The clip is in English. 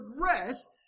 progress